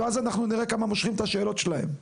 ואז אנחנו נראה כמה מושכים את השאלות שלהם.